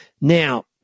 Now